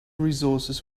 resources